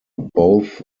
both